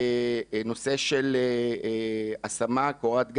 לנושא של השמה, קורת גג,